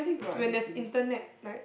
when there's internet like